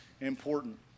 important